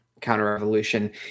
counter-revolution